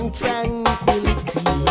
tranquility